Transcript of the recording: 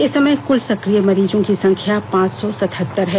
इस समय कुल सकिय मरीजों की संख्या पांच सौ सतहत्तर है